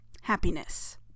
happiness